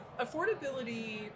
affordability